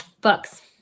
Books